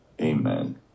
Amen